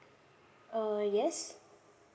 uh yes